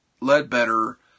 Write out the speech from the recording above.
Ledbetter